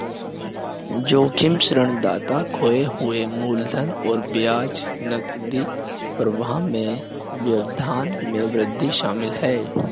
जोखिम ऋणदाता खोए हुए मूलधन और ब्याज नकदी प्रवाह में व्यवधान में वृद्धि शामिल है